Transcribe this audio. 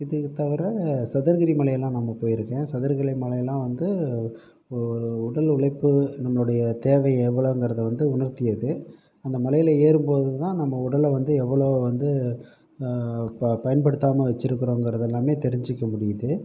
இதை தவிர சதுரகிரி மலையெலாம் நம்ப போயிருக்கேன் சதுரகிரி மலையெலாம் வந்து இப்ப உடல் உழைப்பு நம்மளோடைய தேவை எவ்வளோங்கறத வந்து உணர்த்தியது அந்த மலையில் ஏறும்போது தான் நம்ப உடலை வந்து எவ்வளோ வந்து ப பயன்படுத்தாமல் வச்சுருக்கிறோங்கறது எல்லாமே தெரிஞ்சுக்க முடியுது